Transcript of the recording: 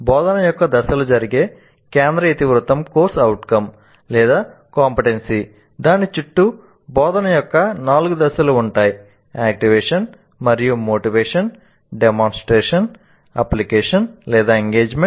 బోధన యొక్క దశలు జరిగే కేంద్ర ఇతివృత్తం కోర్సు అవుట్కం